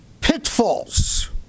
pitfalls